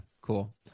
cool